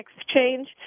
exchange